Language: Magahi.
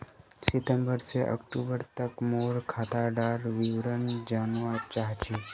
सितंबर से अक्टूबर तक मोर खाता डार विवरण जानवा चाहची?